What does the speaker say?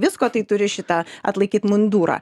visko tai turi šitą atlaikyt mundurą